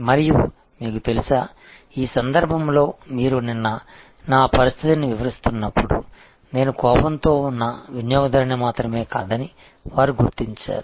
మరియు మీకు తెలుసా ఈ సందర్భంలో మీరు నిన్న నా పరిస్థితిని వివరిస్తున్నప్పుడు నేను కోపంతో ఉన్న వినియోగదారుని మాత్రమే కాదని వారు గుర్తించారు